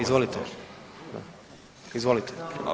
Izvolite, izvolite.